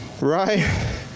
right